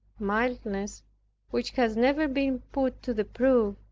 mildness which has never been put to the proof,